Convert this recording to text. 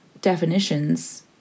definitions